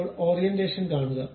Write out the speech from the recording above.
ഇപ്പോൾ ഓറിയന്റേഷൻ കാണുക